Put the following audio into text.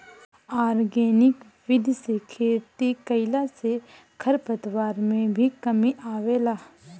organic विधि से खेती कईला से खरपतवार में भी कमी आवेला